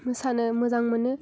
मोसानो मोजां मोनो